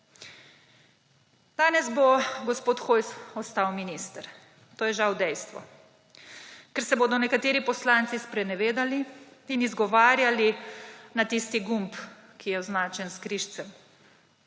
Danes bo gospod Hojs ostal minister. To je žal dejstvo, ker se bodo nekateri poslanci sprenevedali in izgovarjali na tisti gumb, ki je označen s križcem.